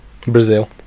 Brazil